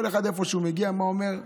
כל אחד איפה שהוא מגיע, מה אומר?